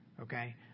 Okay